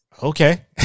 Okay